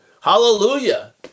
Hallelujah